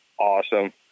awesome